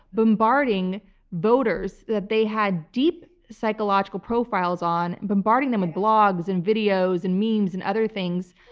bombarding voters that they had deep psychological profiles on, bombarding them with blogs and videos and memes and other things,